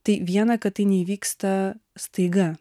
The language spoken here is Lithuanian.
tai viena kad tai neįvyksta staiga